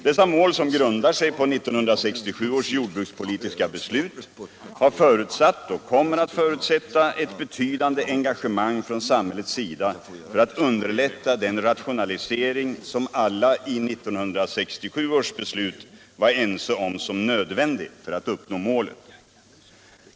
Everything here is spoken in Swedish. Dessa mål, som grundar sig på 1967 års jordbrukspolitiska beslut, har förutsatt och kommer att förutsätta ett betydande engagemang från samhällets sida för att underlätta den rationalisering som alla i 1967 års beslut ansåg vara nödvändig.